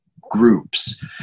groups